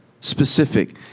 Specific